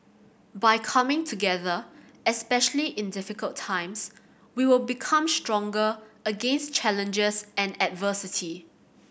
by coming together especially in difficult times we will become stronger against challenges and adversity